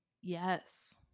yes